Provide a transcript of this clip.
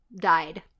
died